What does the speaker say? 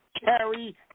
carry